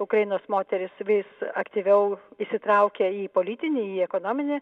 ukrainos moterys vis aktyviau įsitraukia į politinį į ekonominį